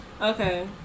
Okay